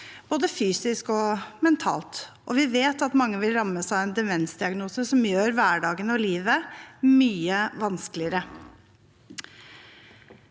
både fysisk og mentalt. Vi vet at mange vil rammes av en demensdiagnose som gjør hverdagen og livet mye vanskeligere.